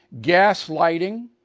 Gaslighting